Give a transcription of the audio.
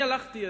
אני הלכתי,